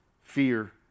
fear